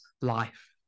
life